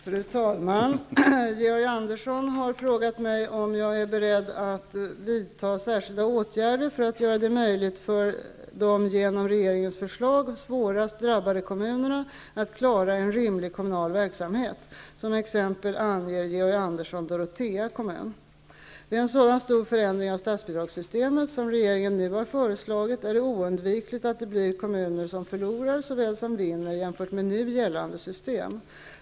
Fru talman! Georg Andersson har frågat mig om jag är beredd att vidta särskilda åtgärder för att göra det möjligt för de genom regeringens förslag svårast drabbade kommunerna att klara en rimlig kommunal verksamhet. Som exempel anger Georg Vid en sådan stor förändring av statsbidragssystemet som regeringen nu har föreslagit är det oundvikligt att det blir kommuner som förlorar såväl som vinner jämfört med nu gällande system.